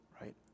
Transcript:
right